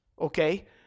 okay